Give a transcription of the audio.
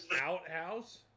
outhouse